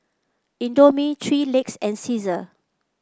Indomie Three Legs and Cesar